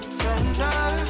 tender